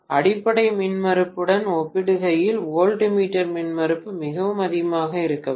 அடிப்படை மின்மறுப்புடன் ஒப்பிடுகையில் வோல்ட்மீட்டர் மின்மறுப்பு மிகவும் அதிகமாக இருக்க வேண்டும்